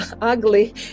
ugly